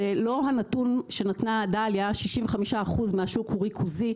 זה לא הנתון שנתנה דליה 65% מהשוק הוא ריכוזי.